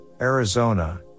Arizona